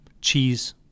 Cheese